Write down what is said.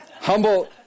Humble